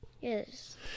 Yes